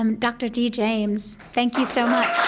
um dr. dee james. thank you so much.